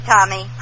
Tommy